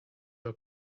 your